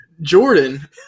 Jordan